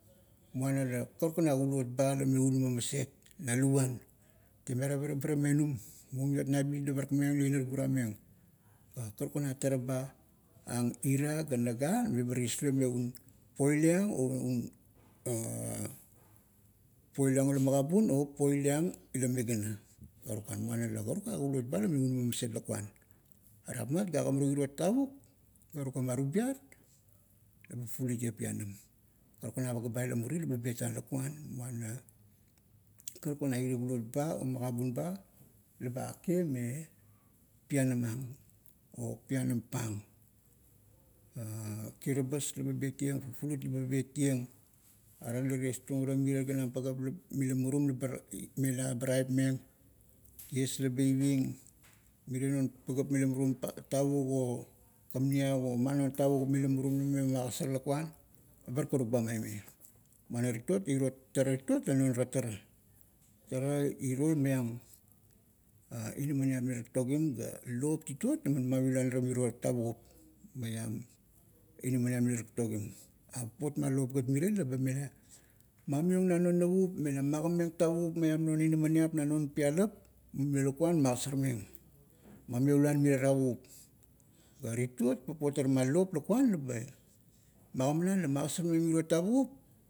Muana la, karukan u kulot ba lame una maset na luan. Temiara parabira menum, mumiot nabit la parakmeng la-inar gurameng. Ga karukan a tara ba ang ira, ga naga meba tieslong me un poi liang o poi liang ula magabun o, poi liang ila migana. Karukan, muana la karuk a kulot ba la u nama maset lakuan. Are rapmat ga agimarung iro tavuk, ga tugama tubiat, eba fulutieng pianam, karukan a paga ba ila muri laba betang lakuan, muara karukan a irie kulot ba, magabun ba laba ake me pianam ang, o pianam pang. kiribas laba beitng, fufulut laba betieng, are la tiestung ara mirie ganam pagap mila murum labar mela bar aipmeng, ties laba iving, mirie non pagap mila murumm tavuk o, kamniap o man non tavukup mila murum lame magasar lakuan, ebar karuk ba maime. Muan tituot, la iro tara tituot, la non ara tara. Tara iro maiang inaminiap mila taktogim. Papot ma lop gat mirie laba mela, mamiong na navup, navup, mela magameng tavukup maiam non inaminiap na non pialap, mumio lakuan. ga tituopt papot ara ma lop lakuan laba magamanang la magasarmeng miro tavukup,